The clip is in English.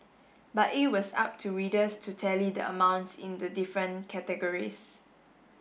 but it was up to readers to tally the amounts in the different categories